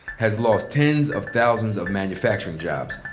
has lost tens of thousands of manufacturing jobs,